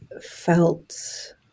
felt